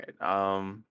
right